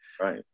Right